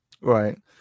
right